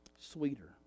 sweeter